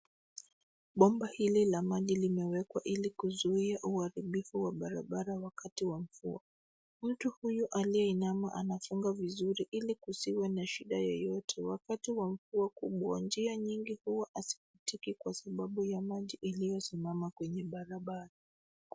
Bomba hili la maji limewekwa ili kuzuia uharibifu wa barabara wakati wa mvua. Mtu huyu aliyeinama anachimba vizuri ili kusiwe na shida yoyote wakati wa mvua kubwa. Njia nyingi huwa hazipitiki kwa sababu ya maji iliyosimama kwenye barabara.